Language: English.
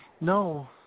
no